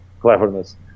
cleverness